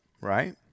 right